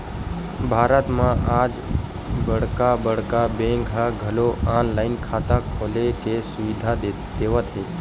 भारत म आज बड़का बड़का बेंक ह घलो ऑनलाईन खाता खोले के सुबिधा देवत हे